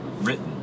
written